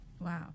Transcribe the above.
Wow